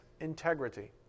integrity